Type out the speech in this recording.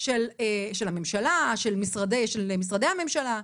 של הממשלה, של משרדי הממשלה,